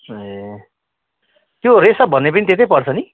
ए त्यो रेसप भन्ने पनि त्यतै पर्छ नि